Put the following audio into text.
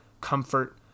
comfort